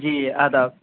جی آداب